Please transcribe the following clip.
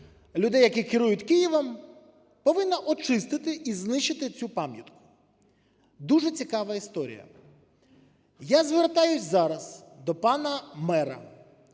людей, які керують Києвом, повинна очистити і знищити цю пам'ятку. Дуже цікава історія. Я звертаюсь зараз до пана мера.